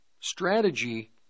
strategy